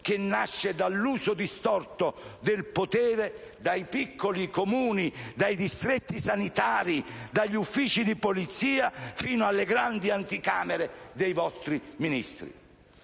che nasce dall'uso distorto del potere, dai piccoli Comuni ai distretti sanitari, dagli uffici di polizia fino alle grandi anticamere dei vostri Ministri.